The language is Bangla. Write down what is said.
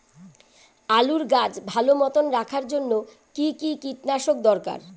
আলুর গাছ ভালো মতো রাখার জন্য কী কী কীটনাশক দরকার?